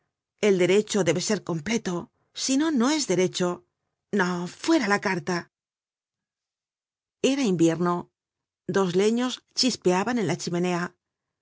el derecho debe ser completo sino no es derecho no fuera la carta era invierno dos leños chispeaban en la chimenea